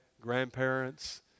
grandparents